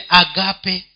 agape